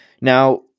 now